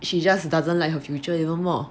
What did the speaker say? she just doesn't like future even more